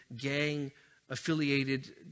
gang-affiliated